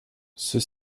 ceux